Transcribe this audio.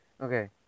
okay